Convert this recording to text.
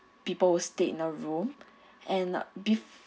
people stayed in a room and uh be~